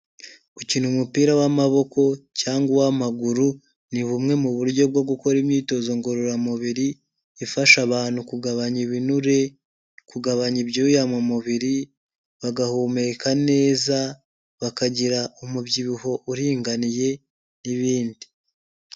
Gukina umupira w'amaboko cyangwa uw'amaguru ni bumwe mu buryo bwo gukora imyitozo ngororamubiri ifasha abantu kugabanya ibinure, kugabanya ibyuya mu mu mubiri bagahumeka neza, bakagira umubyibuho uringaniye n'ibindi.